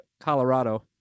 Colorado